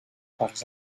parts